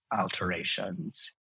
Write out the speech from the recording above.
alterations